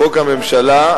לחוק הממשלה,